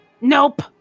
Nope